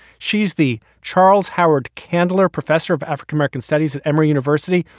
she's the charles howard candler professor of african-american studies at emory university,